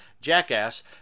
jackass